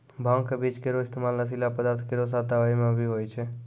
भांग क बीज केरो इस्तेमाल नशीला पदार्थ केरो साथ दवाई म भी होय छै